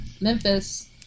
Memphis